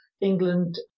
England